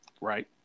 Right